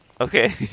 Okay